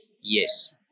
yes